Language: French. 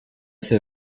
c’est